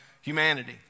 humanity